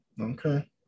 okay